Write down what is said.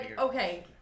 okay